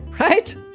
right